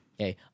Okay